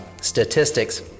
statistics